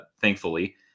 thankfully